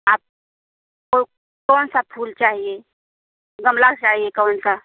आपको कौन सा फूल चाहिए गमला चाहिए कौन सा